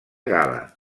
gala